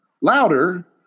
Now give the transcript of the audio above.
louder